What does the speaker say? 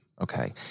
Okay